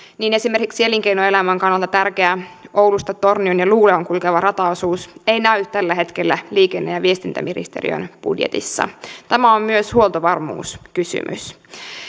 niin esimerkiksi elinkeinoelämän kannalta tärkeä oulusta tornioon ja luulajaan kulkeva rataosuus ei näy tällä hetkellä liikenne ja viestintäministeriön budjetissa tämä on myös huoltovarmuuskysymys